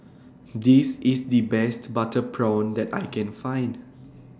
This IS The Best Butter Prawn that I Can Find